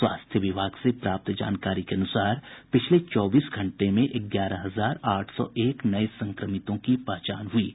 स्वास्थ्य विभाग से प्राप्त जानकरी के अनुसार पिछले चौबीस घंटे में ग्यारह हजार आठ सौ एक नये संक्रमितों की पहचान हुई है